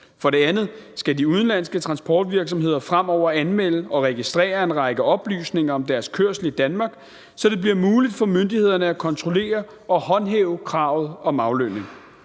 For det andet skal de udenlandske transportvirksomheder fremover anmelde og registrere en række oplysninger om deres kørsel i Danmark, så det bliver muligt for myndighederne at kontrollere og håndhæve kravet om aflønning.